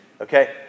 Okay